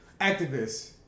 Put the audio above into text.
activists